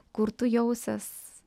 kur tu jausies